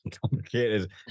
complicated